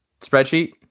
spreadsheet